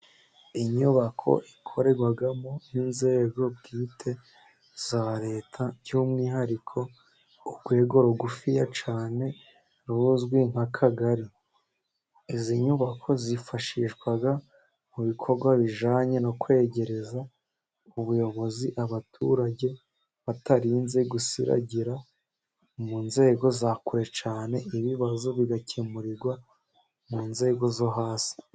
Inyubako ikorerwamo inzego bwite za leta, by'umwihariko urwego rugufiya cyane ruzwi nk'akagari, izi nyubako zifashishwa mu bikorwa bijyanye no kwegereza ubuyobozi abaturage, batarinze gusiragira mu nzego za kure cyane ,ibibazo bigakemurirwa mu nzego zo hasi.